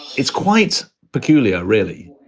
it's quite peculiar, really,